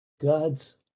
God's